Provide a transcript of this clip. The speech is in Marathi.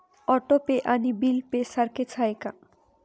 ऑटो पे आणि बिल पे सारखेच आहे का?